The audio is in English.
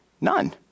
none